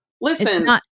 Listen